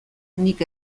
nik